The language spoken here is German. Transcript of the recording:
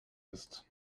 ist